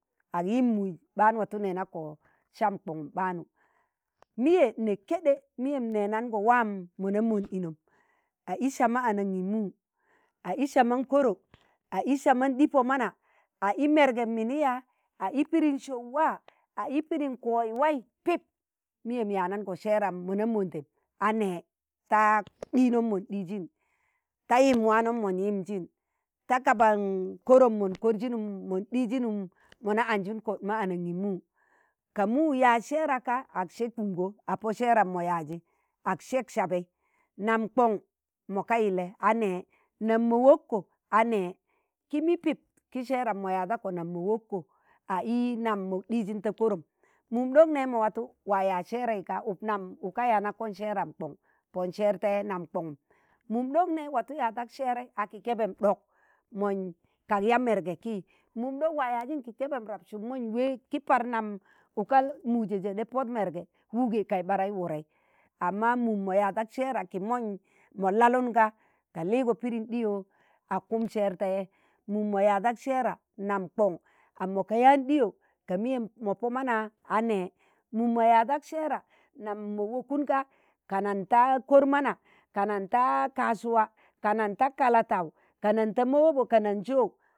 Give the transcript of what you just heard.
ak yimb mum ɓaan watụ nẹnakko sam koṇ ɓaanu. miye ne keɗe miyem nenango waam mona mon inom, a isama anangimu, a'i sama koro, a'i sama ɗi pomana, a i̱ mergem mini ya a i pidin sọọb waa, a'i pidim koi wai, pip miyem yanango sẹẹram ma na mondem a nee ta ɗinom mon ɗiizin, ta yim waanom mon yimjin, ta kaban korom mon korssinum, mon ɗijinum mo na anjun kot ma anangimu ka mu yaaz sẹẹra ka ak seb piigo a po seeram mọ yaazi ak sẹk sabi nam kon mo ka yile a nee nam mo wokko a nee kimi pip ki seera nam mo yadakko nam mo wakko a'i nam mok ɗijin ta korom, mum ɗok ne mo watu wa yaaz seera ka uk nam uka yanakko sẹẹram kon pon seer te nam kongum, mum ɗok ne watu yadak serei a ki keben ɗok, monj kak yaa merge ki mum ɗok, waa yazin ki keben rab, sum monj ki par nam uka mujije ɗa pod merge wuge kai ɓarai wurei, amma mu mo ya dak seera ki monj ga lalunga, ka li̱ go pidin ɗiyo ak kum seer te mu mo yadak seera nam kon, nam mo ka yaan ɗiyo ga miyem mo pọ mana a nẹ, mu mo yadak sẹẹra nam mọ wakunga kanan ta kor mana, kanan ta kasuwa, kanan ta kalatau, kanan ta mawobo kananjo,